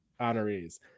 honorees